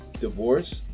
divorce